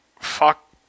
fuck